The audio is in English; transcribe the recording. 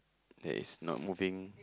that is not moving